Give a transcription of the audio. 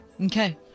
Okay